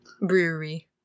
Brewery